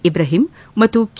ಇಬ್ರಾಹಿಂ ಮತ್ತು ಕೆ